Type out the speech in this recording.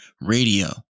radio